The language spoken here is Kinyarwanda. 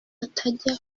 batajya